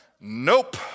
Nope